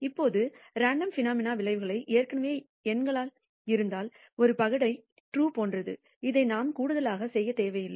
இப்போது random phenomena விளைவுகள் ஏற்கனவே எண்களாக இருந்தால் ஒரு பகடை உண்மை போன்றது இதை நாம் கூடுதலாக செய்ய தேவையில்லை